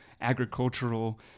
agricultural